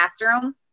classroom